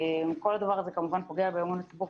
כל הדבר הזה כמובן פוגע באמון הציבור,